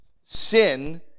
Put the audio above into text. sin